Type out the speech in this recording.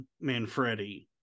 Manfredi